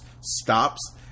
stops